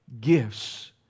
Gifts